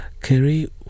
Kerry